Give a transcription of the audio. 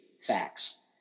facts